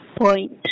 point